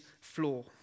floor